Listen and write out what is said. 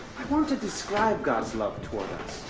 i want to describe god's love toward us.